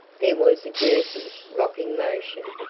there was a jerky, rocking motion,